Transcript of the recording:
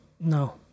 No